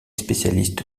spécialiste